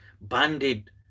banded